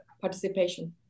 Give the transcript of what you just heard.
participation